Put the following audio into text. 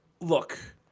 look